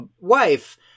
wife